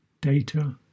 data